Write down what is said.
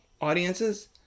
audiences